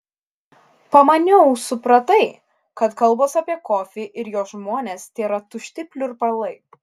pamaniau supratai kad kalbos apie kofį ir jo žmones tėra tušti pliurpalai